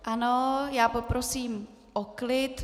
Ano, já poprosím o klid.